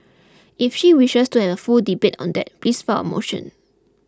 if she wishes to have a full debate on that please file a motion